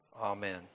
Amen